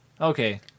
Okay